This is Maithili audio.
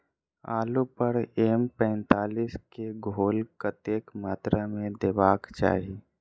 आलु पर एम पैंतालीस केँ घोल कतेक मात्रा मे देबाक चाहि?